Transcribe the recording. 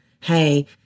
hey